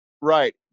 Right